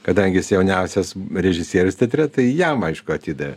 kadangi jis jauniausias režisierius teatre tai jam aišku atidavė